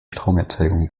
stromerzeugung